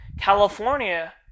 California